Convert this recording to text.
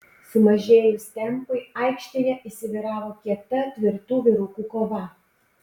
sumažėjus tempui aikštėje įsivyravo kieta tvirtų vyrukų kova